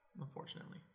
unfortunately